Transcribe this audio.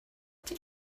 did